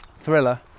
Thriller